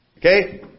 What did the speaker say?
Okay